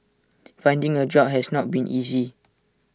finding A job has not been easy